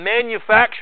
manufacture